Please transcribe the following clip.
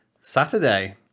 saturday